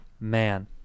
man